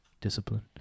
discipline